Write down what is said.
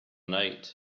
night